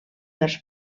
dels